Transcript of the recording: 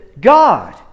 God